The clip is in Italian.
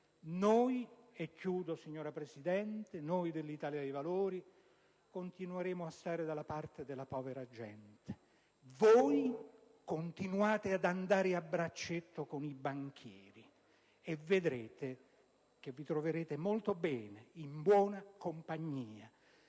taglieggiate dalle banche. Noi dell'Italia dei Valori continueremo a stare dalla parte della povera gente, voi continuate ad andare a braccetto con i banchieri. E vedrete che vi troverete molto bene, in buona compagnia.